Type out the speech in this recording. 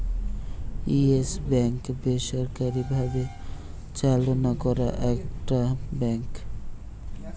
yes bank বেসরকারি ভাবে চালনা করা একটা ব্যাঙ্ক